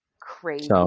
Crazy